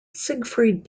siegfried